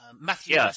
Matthew